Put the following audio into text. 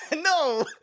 No